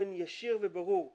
באופן ישיר וברור מהרשות.